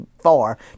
Far